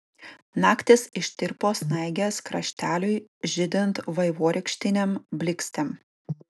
naktis ištirpo snaigės krašteliui žydint vaivorykštinėm blykstėm